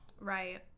right